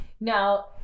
Now